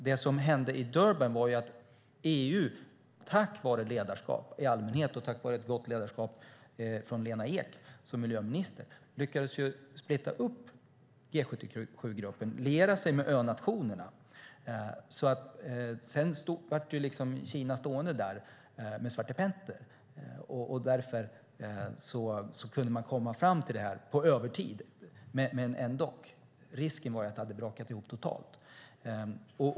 Det som hände i Durban var att EU, tack vare ledarskap i allmänhet och ett gott ledarskap från Lena Ek, lyckades splittra G77-gruppen och liera sig med önationerna. Därmed blev Kina stående med svartepetter, och man kunde komma fram till resultat, visserligen på övertid men ändå. Risken fanns att det hela skulle braka ihop totalt.